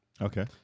Okay